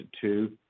two